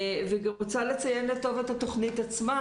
אני גם רוצה לציין לטובה את התוכנית עצמה,